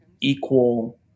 equal